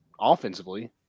offensively